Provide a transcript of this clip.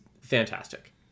fantastic